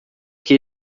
que